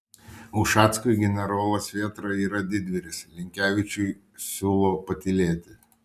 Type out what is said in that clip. ušackui generolas vėtra yra didvyris linkevičiui siūlo patylėti